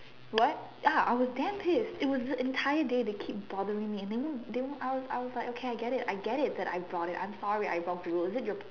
what ya I was damn pissed it was an entire day they keep bothering me and they won't they won't I was like I was like okay I get it I get it that I brought it I'm sorry that I brought jewels then they were